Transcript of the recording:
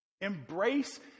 Embrace